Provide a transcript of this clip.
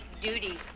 duty